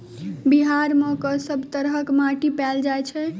बिहार मे कऽ सब तरहक माटि पैल जाय छै?